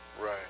right